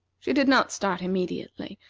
she did not start immediately,